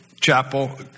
Chapel